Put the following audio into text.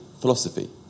philosophy